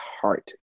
heart